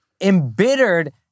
embittered